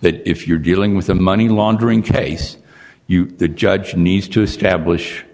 that if you're dealing with a money laundering case the judge needs to establish